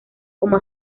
como